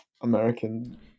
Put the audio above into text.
American